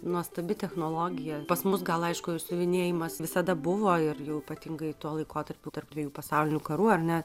nuostabi technologija pas mus gal aišku ir siuvinėjimas visada buvo ir jau ypatingai tuo laikotarpiu tarp dviejų pasaulinių karų ar ne